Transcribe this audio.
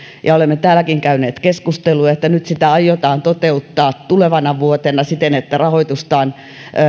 ja olemme täälläkin käyneet keskusteluja että nyt sitä aiotaan toteuttaa tulevana vuotena siten että rahoitusta on